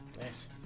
Nice